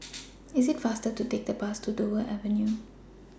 IT IS faster to Take The Bus to Dover Avenue